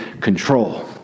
control